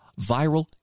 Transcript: viral